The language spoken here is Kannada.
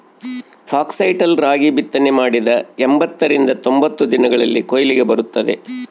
ಫಾಕ್ಸ್ಟೈಲ್ ರಾಗಿ ಬಿತ್ತನೆ ಮಾಡಿದ ಎಂಬತ್ತರಿಂದ ತೊಂಬತ್ತು ದಿನಗಳಲ್ಲಿ ಕೊಯ್ಲಿಗೆ ಬರುತ್ತದೆ